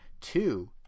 two